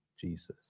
Jesus